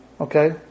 Okay